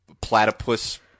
platypus